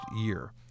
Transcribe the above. year